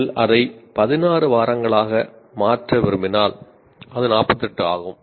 நீங்கள் இதை 16 வாரங்களாக மாற்ற விரும்பினால் அது 48 ஆகும்